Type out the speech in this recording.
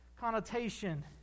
connotation